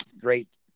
great